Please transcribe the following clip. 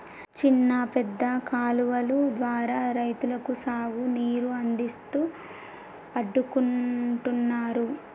చిన్న పెద్ద కాలువలు ద్వారా రైతులకు సాగు నీరు అందిస్తూ అడ్డుకుంటున్నారు